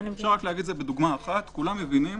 למשל, כולם מבינים